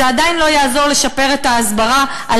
זה עדיין לא יעזור לשפר את ההסברה על